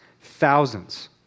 thousands